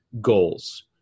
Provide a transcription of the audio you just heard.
goals